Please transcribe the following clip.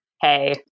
hey